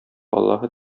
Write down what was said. аллаһы